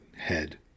head